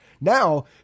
Now